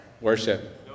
Worship